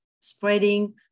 spreading